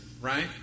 right